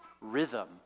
rhythm